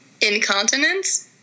Incontinence